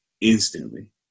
instantly